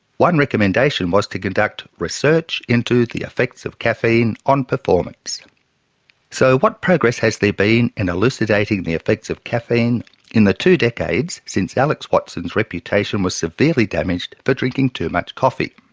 one recommendation was to conduct research into the effects of caffeine on performance'so so what progress has there been in elucidating the effects of caffeine on in the two decades since alex watson's reputation was severely damaged for drinking too much coffee?